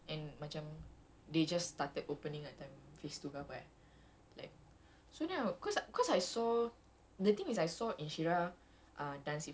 and then like I think I finished my virtual punya class and macam they just started opening that time face to babad like